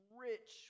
rich